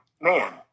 man